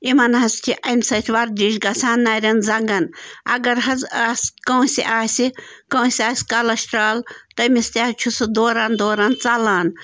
یِمَن حظ چھِ امہِ سۭتۍ وَرزش گژھان نَرٮ۪ن زنٛگَن اگر حظ اسہِ کانٛسہِ آسہِ کانٛسہِ آسہِ کَلسٹرال تٔمِس تہِ حظ چھُ سُہ دوران دوران ژلان